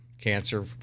cancer